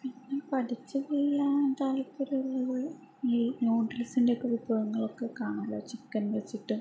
പിന്നെ പഠിച്ചതെല്ലാം താല്പര്യമുള്ളത് ഈ ന്യൂഡിൽസിൻ്റെ ഒക്കെ വിഭവങ്ങളൊക്കെ കാണുമ്പോൾ ചിക്കൻ വച്ചിട്ട്